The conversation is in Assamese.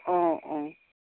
অঁ অঁ